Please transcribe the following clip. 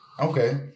Okay